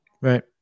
Right